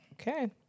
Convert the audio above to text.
okay